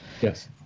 Yes